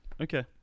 Okay